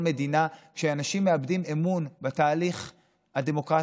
מדינה שאנשים מאבדים אמון בתהליך הדמוקרטי,